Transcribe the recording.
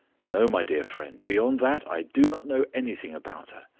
no, my dear friend, beyond that i do not know anything about her.